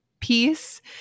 peace